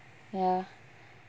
ya